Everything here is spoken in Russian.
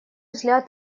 взгляд